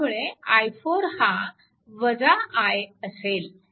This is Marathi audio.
त्यामुळे i4 हा I असेल